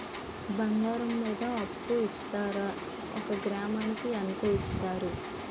బంగారం మీద అప్పు ఇస్తారా? ఒక గ్రాము కి ఎంత ఇస్తారు?